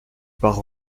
par